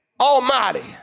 Almighty